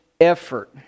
effort